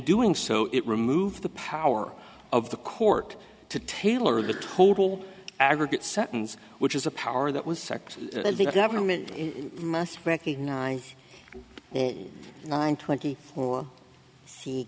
doing so it remove the power of the court to tailor the total aggregate sentence which is a power that was sexy the government must recognize nine twenty four